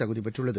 தகுதி பெற்றுள்ளது